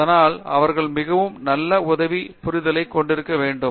அதனால் அவர்கள் மிகவும் நல்ல உதவி புரிதலைக் கொண்டிருக்க வேண்டும்